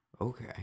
Okay